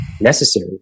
necessary